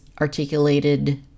articulated